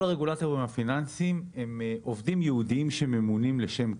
כל הרגולטורים הפיננסיים הם עובדים ייעודיים שממונים לשם כך.